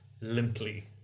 limply